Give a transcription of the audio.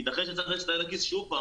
ייתכן שנצטרך להכניס את היד לכיס עוד פעם